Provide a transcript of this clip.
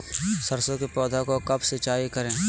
सरसों की पौधा को कब सिंचाई करे?